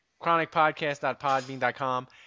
chronicpodcast.podbean.com